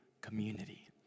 community